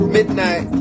Midnight